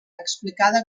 explicada